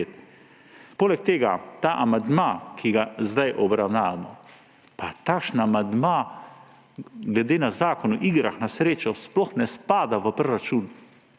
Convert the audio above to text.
Poleg tega ta amandma, ki ga zdaj obravnavamo, pa takšen amandma glede na Zakon o igrah na srečo sploh ne spada v proračun.